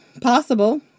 Possible